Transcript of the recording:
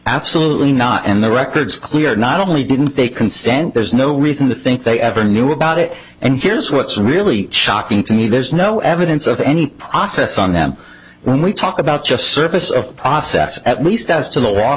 absolutely not and the records clear not only didn't they consent there's no reason to think they ever knew about it and here's what's really shocking to me there's no evidence of any process on them when we talk about just service of process at least as to the law